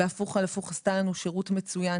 עשתה לנו בהפוך על הפוך שירות מצוין,